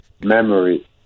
memory